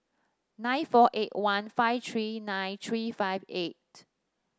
nine four eight one five three nine three five eight